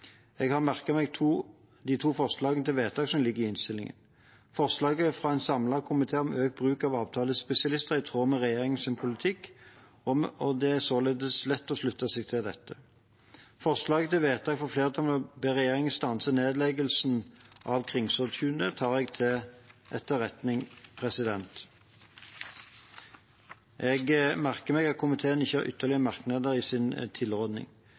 Jeg har merket meg de to forslagene til vedtak som ligger i innstillingen. Forslaget fra en samlet komité om økt bruk av avtalespesialister er i tråd med regjeringens politikk, og det er således lett å slutte seg til dette. Forslaget til vedtak fra flertallet om å be regjeringen stanse nedleggelsen av Kringsjåtunet tar jeg til etterretning. Jeg merker meg at komiteen ikke har ytterligere merknader i sin